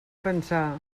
pensar